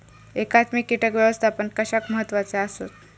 एकात्मिक कीटक व्यवस्थापन कशाक महत्वाचे आसत?